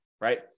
right